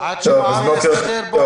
הזה, לחודש הזה של הרמדאן.